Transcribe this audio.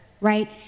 Right